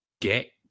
get